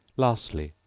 lastly,